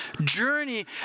journey